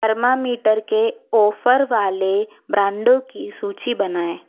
thermometer के offer वाले ब्रांडों की सूची बनाएँ